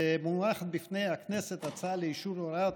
מונחת בפני הכנסת הצעה לאישור הוראות